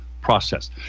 process